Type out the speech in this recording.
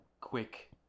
quick